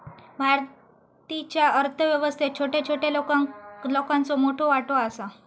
भारतीच्या अर्थ व्यवस्थेत छोट्या छोट्या लोकांचो मोठो वाटो आसा